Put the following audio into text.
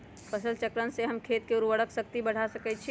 फसल चक्रण से हम खेत के उर्वरक शक्ति बढ़ा सकैछि?